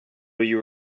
you